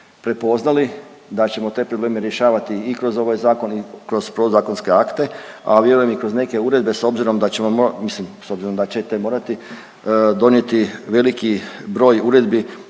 prepoznali, da ćemo te probleme rješavati i kroz ovaj zakon i kroz podzakonske akte, a vjerujem i kroz neke uredbe s obzirom da ćemo mo…, mislim s obzirom da